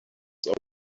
are